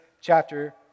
chapter